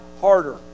harder